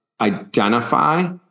identify